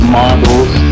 models